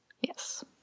Yes